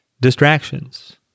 Distractions